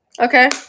Okay